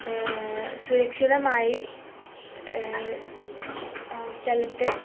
സുരക്ഷിതമായി സ്ഥലത്ത്